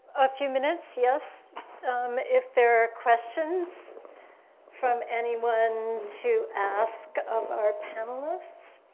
a few minutes, yes if there are questions from anyone to ask of our panelists